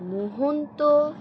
Mahanta